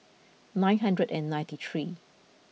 nine hundred and ninety three